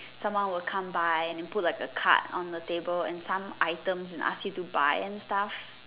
someone will come by and then put like a card on the table with some items and ask you to buy and stuff